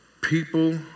People